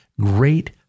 great